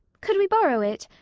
could we borrow it.